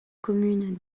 commune